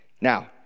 Now